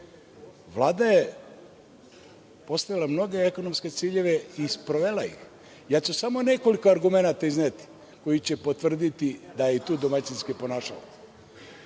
Vlada je postavila mnoge ekonomske ciljeve i sprovela ih. Izneću samo nekoliko argumenata koji će potvrditi da se i tu domaćinski ponašalo.